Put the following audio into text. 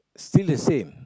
still the same